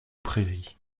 prairies